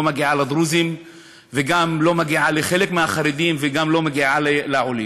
לא מגיעה לדרוזים וגם לא מגיעה לחלק מהחרדים וגם לא מגיעה לעולים,